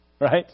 right